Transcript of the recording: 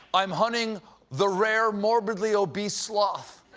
i'm hunting the rare morbidly-obese sloth!